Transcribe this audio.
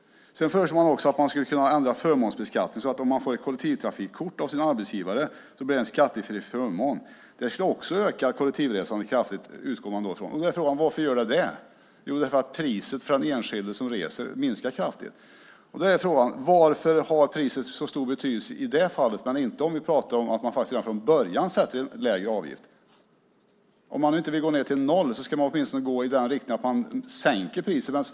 Man föreslår också att man skulle kunna ändra förmånsbeskattningen så att om man får ett kollektivtrafikkort av sin arbetsgivare blir det en skattefri förmån. Man utgår från att det också skulle öka kollektivresandet kraftigt. Varför skulle det göra det? Jo, därför att priset för den enskilde som reser minskar kraftigt. Varför har priset så stor betydelse i det fallet men inte om vi talar om att vi redan från början sätter en lägre avgift? Om man nu inte vill gå ned till noll kan man väl åtminstone gå i den riktningen att man sänker priserna.